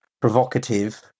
provocative